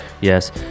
Yes